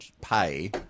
pay